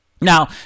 Now